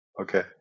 Okay